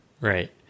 right